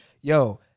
Yo